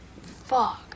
Fog